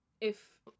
if-